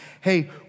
hey